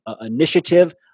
initiative